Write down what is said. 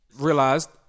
realized